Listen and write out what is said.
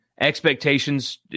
Expectations